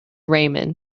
raymond